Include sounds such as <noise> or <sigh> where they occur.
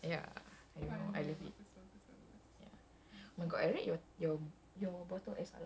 <noise> you see that's why you should donate to me dia cakap kelakar gila dia macam his humour ya